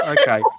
Okay